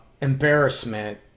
embarrassment